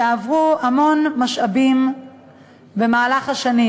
שעברו המון משאבים במהלך השנים.